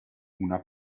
una